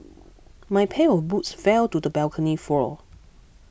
my pair of boots fell to the balcony floor